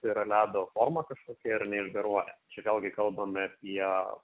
tai yra ledo forma kažkokia ir neišgaruoja čia vėlgi kalbame apie